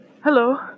Hello